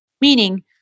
Meaning